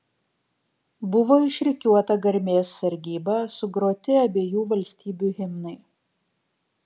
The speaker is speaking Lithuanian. buvo išrikiuota garbės sargyba sugroti abiejų valstybių himnai